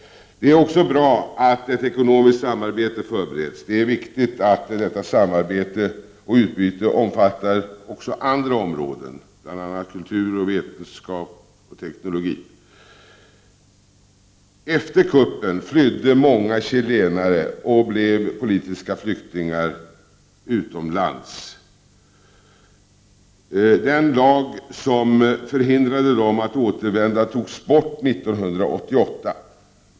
Det är också bra att ett ekonomiskt samarbete förbereds. Det är viktigt att detta samarbete och utbyte omfattar också andra områden, bl.a. kultur, vetenskap och teknologi. Efter kuppen flydde många chilenare och blev politiska flyktingar utomlands. Den lag som förhindrade dem att återvända togs bort 1988.